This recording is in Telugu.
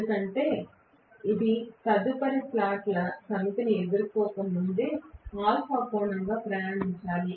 ఎందుకంటే ఇది తదుపరి స్లాట్ల సమితిని ఎదుర్కోకముందే α కోణం గా ప్రయాణించాలి